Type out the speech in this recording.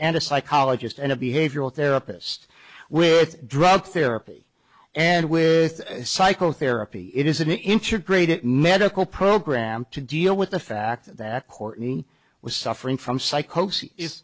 and a psychologist and a behavioral therapist with drug therapy and with psychotherapy it is an intern created medical program to deal with the fact that courtney was suffering from psych